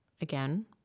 Again